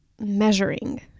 measuring